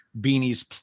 beanie's